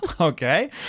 Okay